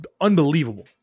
unbelievable